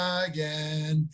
again